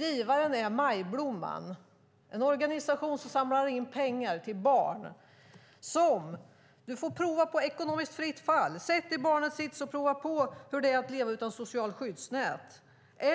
Givaren är Majblomman, en organisation som samlar in pengar till barn. Du får prova på Ekonomiskt fritt fall. Sätt dig i barnens sits och prova på hur det är att leva utan socialt skyddsnät.